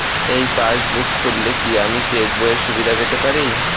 এই পাসবুক খুললে কি আমি চেকবইয়ের সুবিধা পেতে পারি?